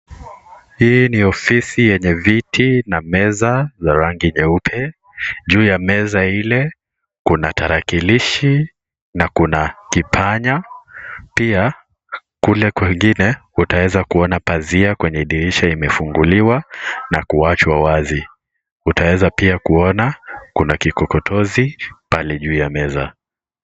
Hii ni ofisi yenye viti na meza za rangi nyeupe. Juu ya meza ile ,kuna tarakilishi na kuna kipanya. Pia, kule kwingine, utaweza kuona pazia kwenye dirisha imefunguliwa na kuachwa wazi. Utaweza pia kuona kuna kikokotozi pale juu ya meza.